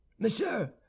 Monsieur